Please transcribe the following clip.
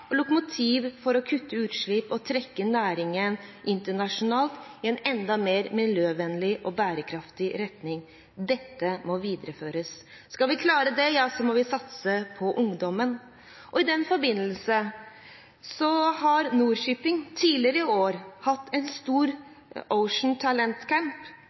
og lokomotiv for å kutte utslipp og trekke næringen internasjonalt i en enda mer miljøvennlig og bærekraftig retning. Dette må videreføres. Skal vi klare det, må vi satse på ungdommen. I den forbindelse har Nor-Shipping tidligere i år hatt en